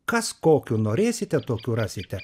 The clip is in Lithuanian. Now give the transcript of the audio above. kas kokių norėsite tokių rasite